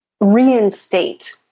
reinstate